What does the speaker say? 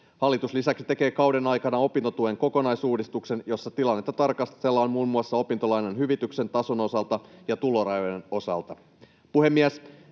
Hallitus lisäksi tekee kauden aikana opintotuen kokonaisuudistuksen, jossa tilannetta tarkastellaan muun muassa opintolainan hyvityksen tason osalta ja tulorajojen osalta.